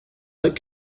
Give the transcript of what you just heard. but